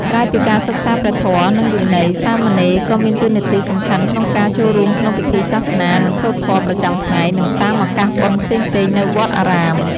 ក្រៅពីការសិក្សាព្រះធម៌ និងវិន័យ សាមណេរក៏មានតួនាទីសំខាន់ក្នុងការ ចូលរួមក្នុងពិធីសាសនា និងសូត្រធម៌ ប្រចាំថ្ងៃ និងតាមឱកាសបុណ្យផ្សេងៗនៅវត្តអារាម។